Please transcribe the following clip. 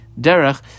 Derech